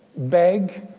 beg,